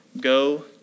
go